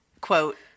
quote